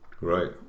right